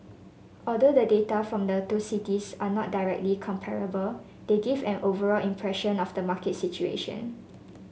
although the data from the two cities are not directly comparable they give an overall impression of the market situation